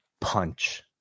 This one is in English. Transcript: punch